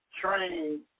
train